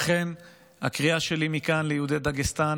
לכן הקריאה שלי מכאן ליהודי דגסטן: